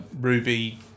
Ruby